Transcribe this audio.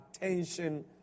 attention